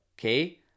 okay